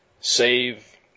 save